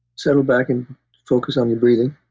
settle back and focus on your breathing.